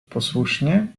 posłusznie